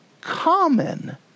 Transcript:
common